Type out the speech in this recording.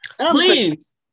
Please